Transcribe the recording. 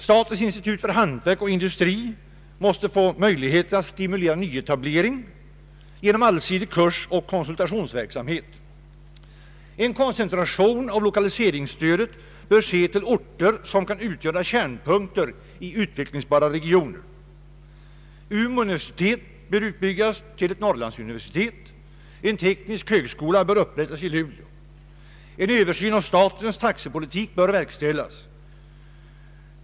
Statens institut för hantverk och industri måste få möjlighet att stimulera nyetablering genom allsidig kursoch konsultationsverksamhet. En koncentration av = lokaliseringsstödet bör ske till orter som kan utgöra kärnpunkter i utvecklingsbara regioner. Umeå universitet bör utbyggas till ett Norrlandsuniversitet. En teknisk hösgskola bör upprättas i Luleå. En översyn av statens taxepolitik bör verkställas.